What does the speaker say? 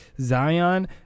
Zion